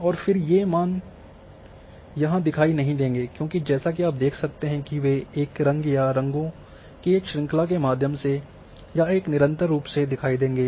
और फिर ये मान यहाँ दिखाई नहीं देंगे क्योंकि जैसा कि आप देख सकते हैं कि वे एक रंग या रंगों की एक श्रृंखला के माध्यम से या एक निरंतर रूप में दिखाई देंगे